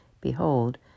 Behold